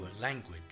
language